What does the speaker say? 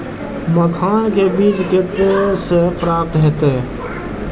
मखान के बीज कते से प्राप्त हैते?